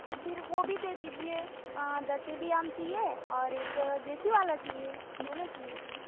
तो फिर वो भी दे दीजिए दशहरी आम चाहिए और एक देशी वाला चाहिए दोनों चाहिए फिर